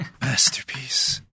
Masterpiece